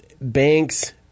Banks